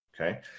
okay